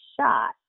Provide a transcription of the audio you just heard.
shot